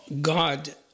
God